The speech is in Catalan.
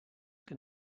que